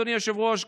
אדוני היושב-ראש,